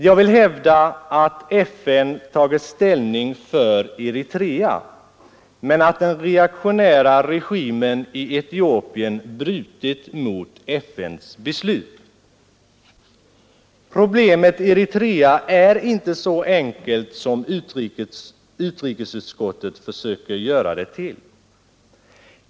Jag vill hävda att FN tagit ställning för Eritrea, men att den reaktionära regimen i Etiopien brutit mot FN:s beslut. Problemet Eritrea är inte så enkelt som utrikesutskottet försöker göra det till.